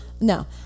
No